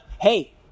hey